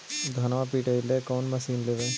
धनमा पिटेला कौन मशीन लैबै?